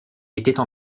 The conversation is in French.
étaient